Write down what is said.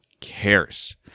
cares